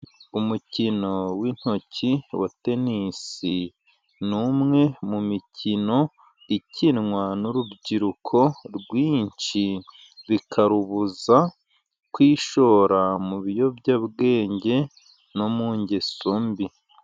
Umukino w'intoki wa tenisi ni umwe mu mikino ikinwa n'urubyiruko rwinshi bikarubuza kwishora mu biyobyabwenge no mu ngeso mbi.